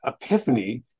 epiphany